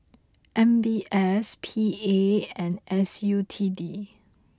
M B S P A and S U T D